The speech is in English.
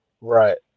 Right